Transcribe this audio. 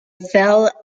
fell